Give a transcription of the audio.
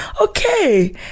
okay